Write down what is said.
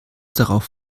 darauf